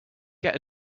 get